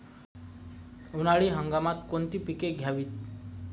उन्हाळी हंगामात कोणती पिके घ्यावीत?